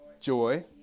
joy